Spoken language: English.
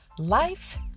Life